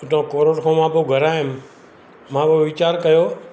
हुतां कोरट मां पोइ मां घर आयुमि मां उहो वीचार कयो